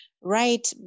right